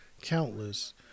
Countless